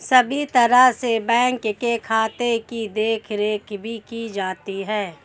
सभी तरह से बैंक के खाते की देखरेख भी की जाती है